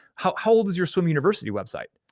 how how old is your swim university website?